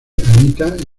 anita